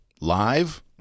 live